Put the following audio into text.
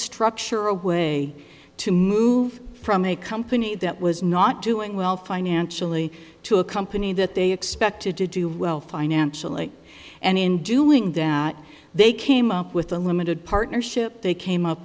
structure a way to move from a company that was not doing well financially to a company that they expected to do well financially and in doing that they came up with a limited partnership they came up